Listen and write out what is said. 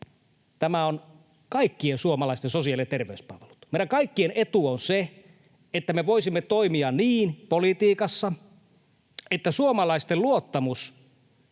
tämä on kaikkien suomalaisten sosiaali- ja terveyspalvelut. Meidän kaikkien etu on se, että me voisimme toimia politiikassa niin, että suomalaisten luottamus